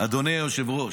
זה בנאום הבא.